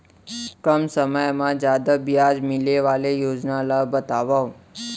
कम समय मा जादा ब्याज मिले वाले योजना ला बतावव